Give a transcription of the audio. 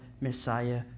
Messiah